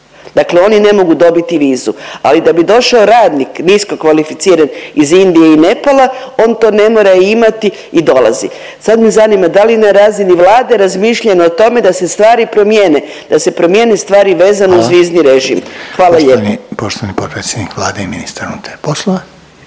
dakle oni ne mogu dobiti vizu. Ali da bi došao radnik niskokvalificiran iz Indije i Nepala on to ne mora imati i dolazi. Sad me zanima da li je na razini Vlade razmišljano o tome se stvari promjene, da se promijene stvari … …/Upadica Željko Reiner: Hvala./… … vezano uz vizni režim. Hvala lijepo. **Reiner, Željko (HDZ)** Poštovani potpredsjednik Vlade i ministar unutarnjih poslova.